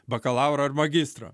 bakalauro ir magistro